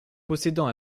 possédant